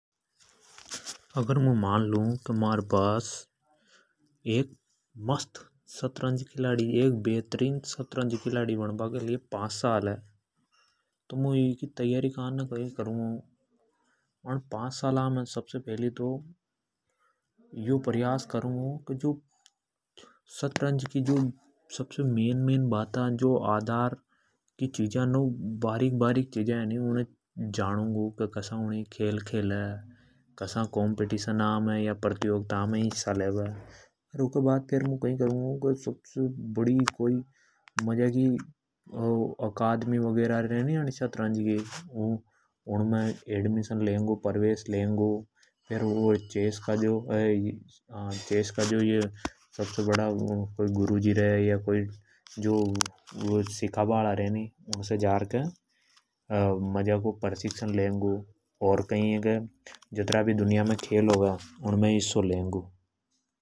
अगर मुं मान लू की म्हारे पास एक बेहतरिन शतरंज खिलाडी बनबा कान ने पांच साल है। तो इके कान ने मुं सबसे पेली तो यो प्रयास करूँगु की शतरंज की जो मुख्य बाता है ,जो चिजा है उनी है जानुगु । की कसा उण खेल है खेले। कसा प्रतियोगिता मे हिस्सा लेवे। ऊँ के बाद मुं सबसे बड़ी अकादमी मे प्रवेश लेनगु। फेर् शतरंज का जो सबसे बड़ा गुरुजी रे उनसे जार के मजाको परशिक्षण लेंगु। और जात्रा भी दुनिया मे खेल होवे उनमे हिस्सों लेंगु।